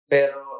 Pero